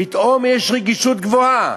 פתאום יש רגישות גבוהה.